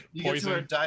Poison